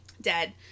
dead